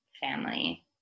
family